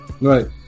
Right